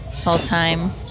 Full-time